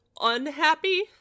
unhappy